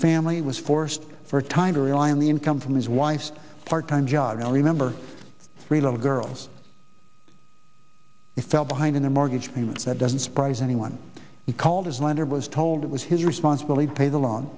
family was forced for time to rely on the income from his wife's part time job and remember three little girls fell behind in a mortgage payment that doesn't surprise anyone he called his lender was told it was his responsibility to pay the l